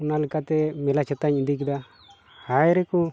ᱚᱱᱟ ᱞᱮᱠᱟᱛᱮ ᱢᱮᱞᱟ ᱪᱷᱟᱛᱟᱧ ᱤᱫᱤ ᱠᱮᱫᱟ ᱦᱟᱭ ᱨᱮᱠᱚ